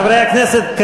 חברי הכנסת,